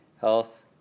Health